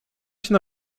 się